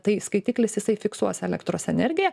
tai skaitiklis jisai fiksuos elektros energiją